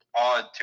odd